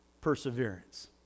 perseverance